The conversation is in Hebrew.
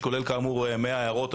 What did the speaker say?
שכולל כאמור 100 הערות.